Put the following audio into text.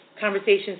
conversations